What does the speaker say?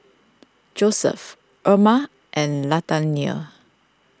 Joeseph Erma and Latanya